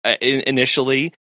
initially